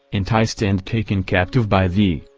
enticed and taken captive by thee.